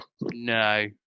No